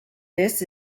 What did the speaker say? this